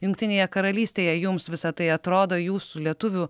jungtinėje karalystėje jums visa tai atrodo jūsų lietuvių